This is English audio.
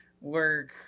work